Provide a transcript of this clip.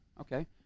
Okay